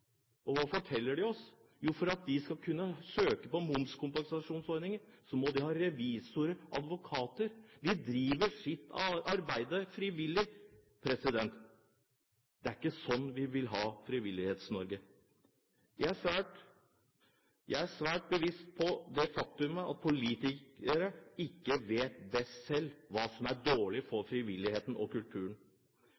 Hva forteller de oss? Jo, for at de skal kunne søke på momskompensasjonsordningen, må de ha revisorer og advokater. De driver sitt arbeid frivillig! Det er ikke sånn vi vil ha det i Frivillighets-Norge. Jeg er svært bevisst på det faktum at politikere ikke selv vet best hva som er dårlig for